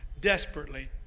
desperately